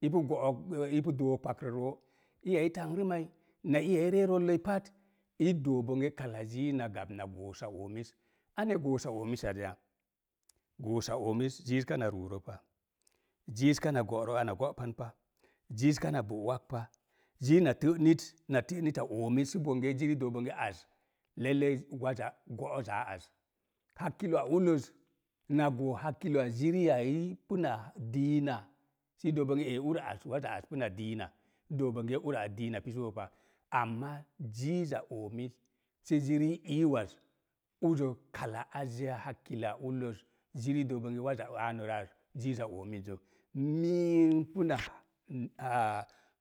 ipu go̱'o̱k rə ipu dook pagrə roo. Iya i tangram mai, nai iya i ree roloi pat, i doo bonge kak ziiz na gap na goosa oomis. Ane goosa oomisan ya? Goosa oomis ziiz kana ruurə pa, ziiz kana go̱'rə ana go'pan pa, ziiz kana bo wak pa. Ziiz na tə nit, na tə nita oomi sə bonge ziiri i dook bonge az, lailai waza go'o̱z aa az. Hakkilowa uloz, na goo hakkilo wa ziriya i puna diina sə i dook bonge, ee ura az waza az puna diina, i dook bonge ura az diina pisu bo pa. Amma ziiza oomiz sə zirii iuwaz uzo kala azeya hakkilowa ulloz zirii dook bonge waza anu rə az, ziiza oomizzə, mii n puna